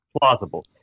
plausible